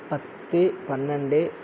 பத்து பன்னிரெண்டு